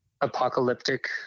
apocalyptic